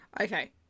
Okay